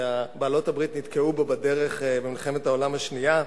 שבעלות-הברית נתקעו בו בדרך במלחמת העולם השנייה.